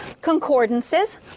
concordances